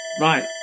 Right